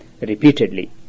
repeatedly